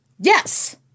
Yes